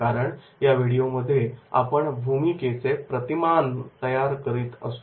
कारण या व्हिडिओमध्ये आपण भूमिकेचे प्रतिमान तयार करत असतो